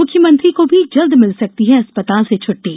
मुख्यमंत्री को भी जल्द ही मिल सकती है अस्पताल से छुट्टी